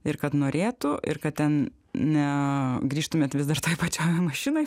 ir kad norėtų ir kad ten ne grįžtumėt vis dar toj pačioj mašinoj